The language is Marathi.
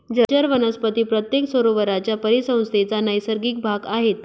जलचर वनस्पती प्रत्येक सरोवराच्या परिसंस्थेचा नैसर्गिक भाग आहेत